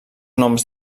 noms